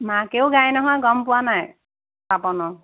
মাকেও গাই নহয় গম পোৱা নাই পাপনৰ